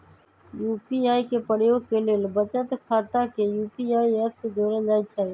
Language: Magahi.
यू.पी.आई के प्रयोग के लेल बचत खता के यू.पी.आई ऐप से जोड़ल जाइ छइ